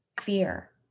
fear